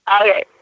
Okay